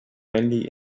mainly